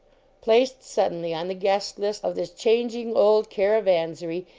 placed suddenly on the guest-list of this changing old caravansary,